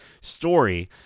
story